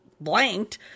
blanked